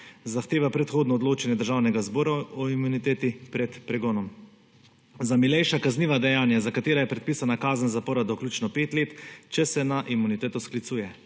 zahteva predhodno odločanje Državnega zbora o imuniteti pred pregonom, za milejša kazniva dejanja, za katera je predpisana kazen zapora do vključno pet let, če se na imuniteto sklicuje.